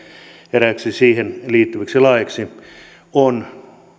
eräiksi siihen liittyviksi laeiksi on